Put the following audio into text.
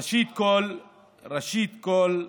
ראשית כול,